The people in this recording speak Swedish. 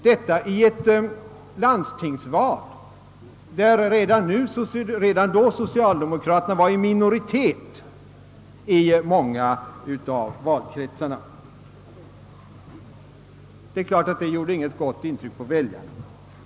Detta sades alltså inför ett val till landstingen, där socialdemokraterna redan då var i minoritet i många valkretsar. Det är klart att detta inte gjorde något gott intryck på väljarna.